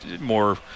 more